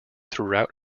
throughout